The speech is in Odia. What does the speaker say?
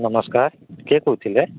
ନମସ୍କାର କିଏ କହୁଥିଲେ